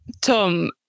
Tom